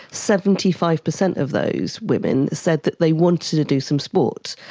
seventy five percent of those women said that they wanted to do some sport.